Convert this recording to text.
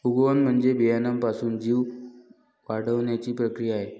उगवण म्हणजे बियाण्यापासून जीव वाढण्याची प्रक्रिया आहे